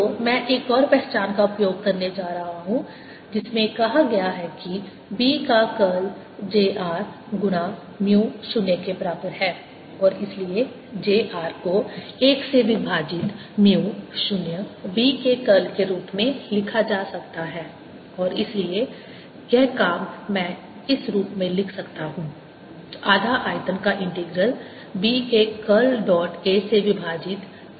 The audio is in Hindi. तो मैं एक और पहचान का उपयोग करने जा रहा हूं जिसमें कहा गया है कि B का कर्ल j r गुणा म्यू 0 के बराबर है और इसलिए j r को 1 से विभाजित म्यू 0 B के कर्ल के रूप में लिखा जा सकता है और इसलिए यह काम मैं इस रूप में लिख सकता हूं आधा आयतन का इंटीग्रल B के कर्ल डॉट A से विभाजित म्यू 0